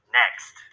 next